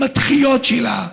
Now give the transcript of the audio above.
עם הדחיות שלה,